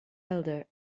elder